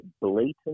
blatant